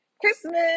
Christmas